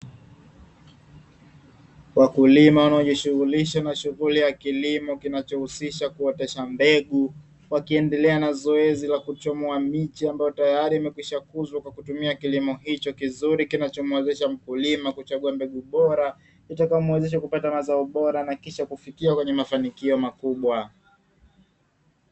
Wakulima wanaojishughulisha na shughuli ya kilimo kinachohusisha kuotesha mbegu, wakiendelea na zoezi la kuchomoa miche, ambayo tayari imeshakuzwa kwa kutumia kilimo hicho kizuri, kinachomuwezesha mkulima kuchagua mbegu bora, kitakachomuwezesha kupata mazao bora na kisha kufikia kwenye mafanikio makubwa.